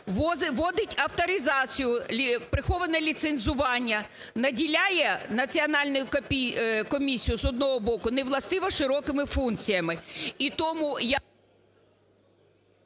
вводить авторизацію, приховане ліцензування, наділяє Національну комісію з одного боку не властиво широкими функціями.